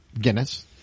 Guinness